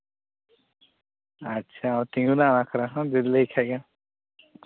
ᱟᱪᱪᱷᱟ ᱛᱤᱸᱜᱩᱱᱟᱜ ᱵᱟᱠᱷᱨᱟ ᱦᱚᱸ ᱞᱟᱹᱭ ᱠᱷᱟᱡ ᱜᱮ